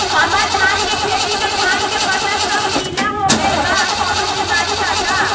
हमर धान के खेती में धान के पता सब पीला हो गेल बा कवनों बिमारी बा का?